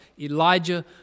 Elijah